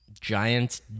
giant